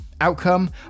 Outcome